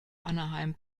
anaheim